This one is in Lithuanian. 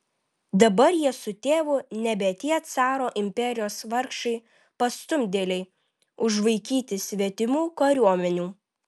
dabar jie su tėvu nebe tie caro imperijos vargšai pastumdėliai užvaikyti svetimų kariuomenių